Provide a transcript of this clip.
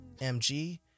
MG